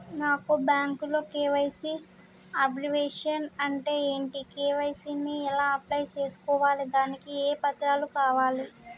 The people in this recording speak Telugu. నాకు బ్యాంకులో కే.వై.సీ అబ్రివేషన్ అంటే ఏంటి కే.వై.సీ ని ఎలా అప్లై చేసుకోవాలి దానికి ఏ పత్రాలు కావాలి?